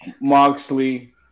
Moxley